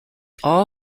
all